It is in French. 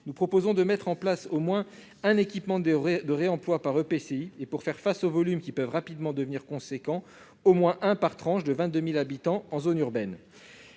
nous proposons de mettre en place au moins un équipement par EPCI, et, pour faire face aux volumes, qui peuvent rapidement devenir considérables, au moins un par tranche de 22 000 habitants en zone urbaine.